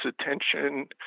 attention